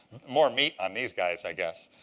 more meat on these guys, i guess.